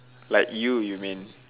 like you you mean